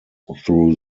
through